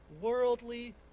worldly